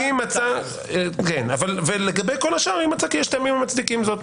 אם מצא כי יש טעמים המצדיקים זאת,